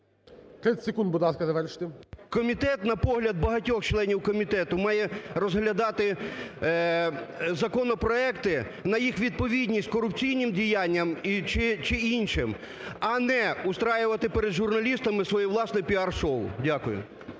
Комітет, на погляд багатьох членів комітету, має розглядати законопроекти на їх відповідність корупційним діянням чи іншим, а не влаштовувати перед журналістами своє власне піар-шоу. Дякую.